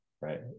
right